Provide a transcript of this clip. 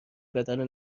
بدنی